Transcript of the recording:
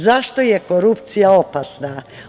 Zašto je korupcija opasna?